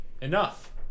enough